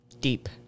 deep